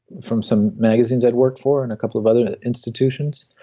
from some magazines i'd worked for, and a couple of other institutions.